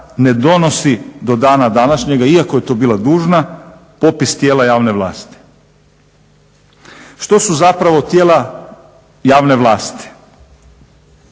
ne donosi do dana današnjega iako je to bila dužna, popis tijela javne vlasti. Što su tijela javne vlasti?